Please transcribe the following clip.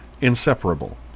inseparable